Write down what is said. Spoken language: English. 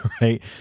right